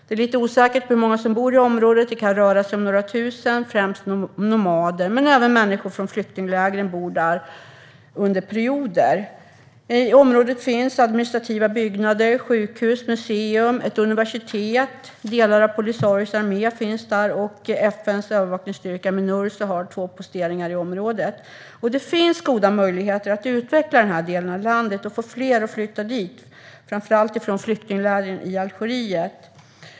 Det är lite osäkert hur många som bor i området. Det kan röra sig om några tusen, främst nomader, men även människor från flyktinglägren bor där under perioder. I området finns administrativa byggnader, sjukhus, museum och ett universitet. Vidare finns delar av Polisarios armé där, och FN:s övervakningsstyrka Minurso har två posteringar i området. Det finns goda möjligheter att utveckla den delen av landet och få fler att flytta dit, framför allt från flyktinglägren i Algeriet.